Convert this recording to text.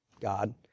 God